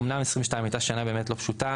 אומנם 2022 הייתה שנה באמת לא פשוטה,